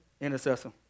intercessor